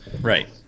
Right